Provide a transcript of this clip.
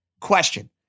question